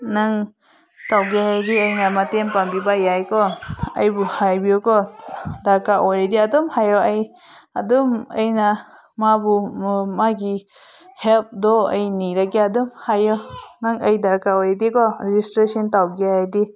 ꯅꯪ ꯇꯧꯒꯦ ꯍꯥꯏꯔꯗꯤ ꯑꯩꯅ ꯃꯇꯦꯡ ꯄꯥꯡꯕꯤꯕ ꯌꯥꯏꯀꯣ ꯑꯩꯕꯨ ꯍꯥꯏꯕꯤꯌꯨꯀꯣ ꯗꯔꯀꯥꯔ ꯑꯣꯏꯔꯗꯤ ꯑꯗꯨꯝ ꯍꯥꯏꯔꯛꯑꯣ ꯑꯩ ꯑꯗꯨꯝ ꯑꯩꯅ ꯃꯥꯕꯨ ꯃꯥꯒꯤ ꯍꯦꯜꯞꯇꯣ ꯑꯩ ꯅꯤꯔꯒꯦ ꯑꯗꯨꯝ ꯍꯥꯏꯌꯣ ꯅꯪ ꯑꯩ ꯗꯔꯀꯥꯔ ꯑꯣꯏꯔꯗꯤꯀꯣ ꯔꯦꯖꯤꯁꯇ꯭ꯔꯦꯁꯟ ꯇꯧꯒꯦ ꯍꯥꯏꯔꯗꯤ